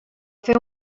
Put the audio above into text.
fer